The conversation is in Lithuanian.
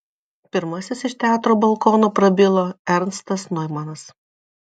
pirmasis iš teatro balkono prabilo ernstas noimanas